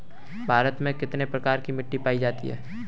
भारत में कितने प्रकार की मिट्टी पायी जाती है?